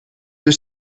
was